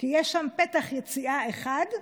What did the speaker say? כי יש שם פתח יציאה אחד,